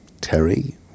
Terry